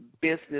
business